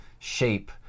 shape